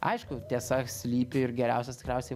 aišku tiesa slypi ir geriausias tikriausiai